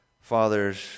Fathers